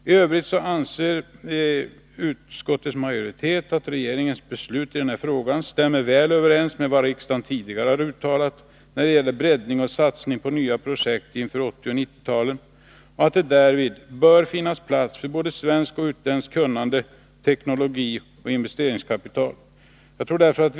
I övrigt anser utskottets majoritet att regeringens beslut i denna fråga stämmer väl överens med vad riksdagen tidigare har uttalat när det gäller breddning och satsning på nya projekt inför 1980 och 1990-talet och att det därvid bör finnas plats för både svenskt och utländskt kunnande och investeringskapital, liksom också för teknologi.